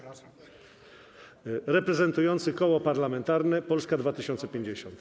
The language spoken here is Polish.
reprezentujący Koło Parlamentarne Polska 2050.